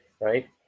Right